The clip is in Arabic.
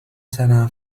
سنة